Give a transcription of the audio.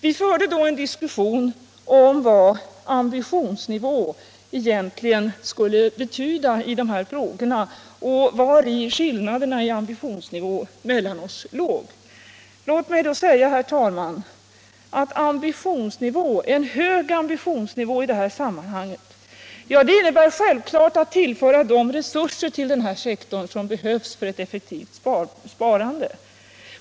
Vi har fört en diskussion om vad ambitionsnivå egentligen betyder i de här sammanhangen och vari skillnaderna i ambitionsnivå mellan oss består. Låt mig då säga, herr talman, att en hög ambitionsnivå på detta område självfallet innebär att tillföra de resurser till energisektorn som behövs för ett effektivt sparande.